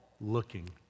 looking